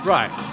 Right